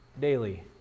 daily